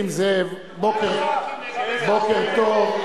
חבר הכנסת נסים זאב, בוקר טוב.